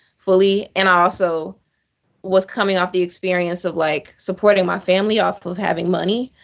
fully. and i also was coming off the experience of, like, supporting my family off of having money.